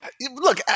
Look